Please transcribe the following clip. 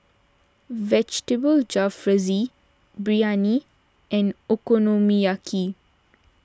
Vegetable Jalfrezi Biryani and Okonomiyaki